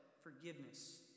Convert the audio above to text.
forgiveness